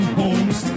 homes